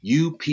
up